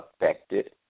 affected